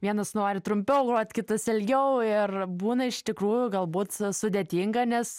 vienas nori trumpiau grot kitas ilgiau ir būna iš tikrųjų galbūt sudėtinga nes